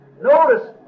Notice